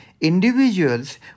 individuals